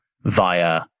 via